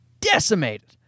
decimated